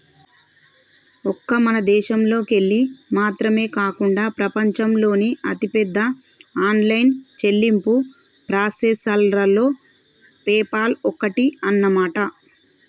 ఒక్క మన దేశంలోకెళ్ళి మాత్రమే కాకుండా ప్రపంచంలోని అతిపెద్ద ఆన్లైన్ చెల్లింపు ప్రాసెసర్లలో పేపాల్ ఒక్కటి అన్నమాట